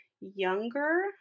younger